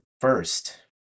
first